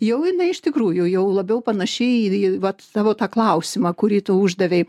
jau jinai iš tikrųjų jau labiau panaši į vat tavo tą klausimą kurį tu uždavei